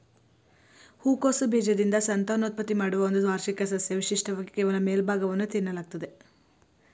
ಹೂಕೋಸು ಬೀಜದಿಂದ ಸಂತಾನೋತ್ಪತ್ತಿ ಮಾಡುವ ಒಂದು ವಾರ್ಷಿಕ ಸಸ್ಯ ವಿಶಿಷ್ಟವಾಗಿ ಕೇವಲ ಮೇಲ್ಭಾಗವನ್ನು ತಿನ್ನಲಾಗ್ತದೆ